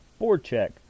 Boardcheck